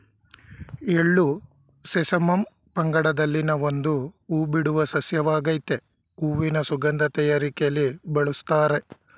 ಎಳ್ಳು ಸೆಸಮಮ್ ಪಂಗಡದಲ್ಲಿನ ಒಂದು ಹೂಬಿಡುವ ಸಸ್ಯವಾಗಾಯ್ತೆ ಹೂವಿನ ಸುಗಂಧ ತಯಾರಿಕೆಲಿ ಬಳುಸ್ತಾರೆ